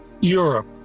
Europe